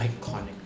iconic